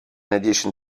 addition